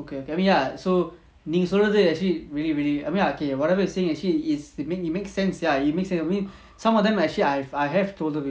okay நீசொல்றது:nee solrathu actually really really I mean err okay whatever you are saying actually is it makes sense ya it makes sense I mean some of them actually I've I have told you